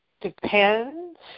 depends